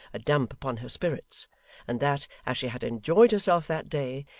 a damp upon her spirits and that, as she had enjoyed herself that day,